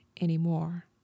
anymore